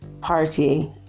Party